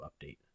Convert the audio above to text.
update